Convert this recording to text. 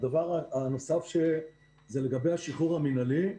הדבר הנוסף הוא לגבי השחרור המינהלי.